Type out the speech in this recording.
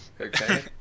Okay